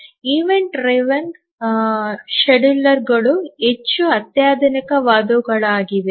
event ಚಾಲಿತ ವೇಳಾಪಟ್ಟಿಗಳು ಹೆಚ್ಚು ಅತ್ಯಾಧುನಿಕವಾದವುಗಳಾಗಿವೆ